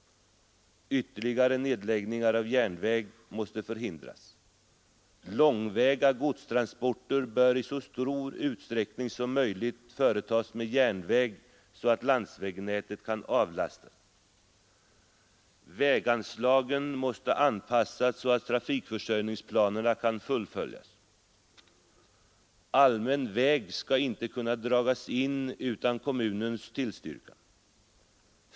Ytterligare nedläggningar av järnvägar måste förhindras. Långväga godstransporter bör i så stor utsträckning som möjligt företas med järnväg så att landsvägsnätet kan avlastas. Väganslagen måste anpassas så att trafikförsörjningsplanerna kan fullföljas. Allmän väg skall inte kunna dragas in utan kommunernas tillstyrkan.